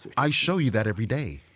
i show you that every day.